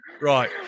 Right